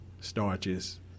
starches